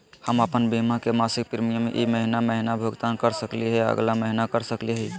हम अप्पन बीमा के मासिक प्रीमियम ई महीना महिना भुगतान कर सकली हे, अगला महीना कर सकली हई?